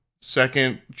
second